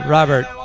Robert